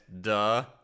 duh